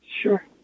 Sure